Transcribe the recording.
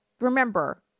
remember